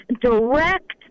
direct